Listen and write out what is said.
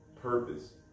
purpose